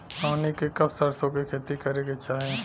हमनी के कब सरसो क खेती करे के चाही?